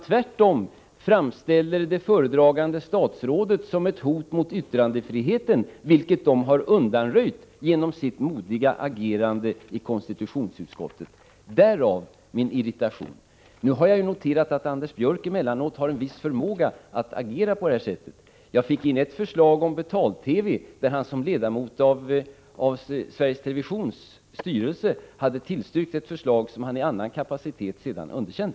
Tvärtom framställer de det föredragande statsrådet som ett hot mot yttrandefriheten, vilket de skulle ha undanröjt genom sitt modiga agerande i konstitutionsutskottet. Därav kommer min irritation. Nu har jag noterat att Anders Björck emellanåt har en förmåga att agera på det här sättet. Jag fick in ett förslag om betal-TV, vilket han såsom ledamot av Sveriges Televisions styrelse hade tillstyrkt men i en annan kapacitet sedan underkänt.